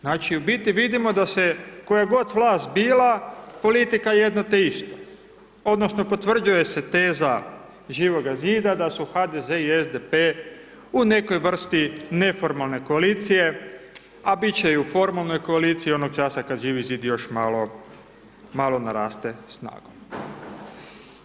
Znači, u biti vidimo da se, koja god vlast bila, politika je jedno te isto odnosno potvrđuje se teza Živoga Zida da su HDZ i SDP u nekoj vrsti neformalne koalicije, a biti će i u formalnoj koaliciji onog časa kad Živi Zid još malo naraste SNAGA-om.